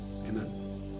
Amen